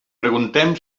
preguntem